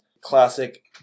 classic